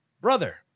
Brother